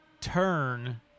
turn